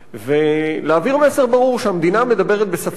ולהעביר מסר ברור שהמדינה מדברת בשפה אחת.